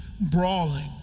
brawling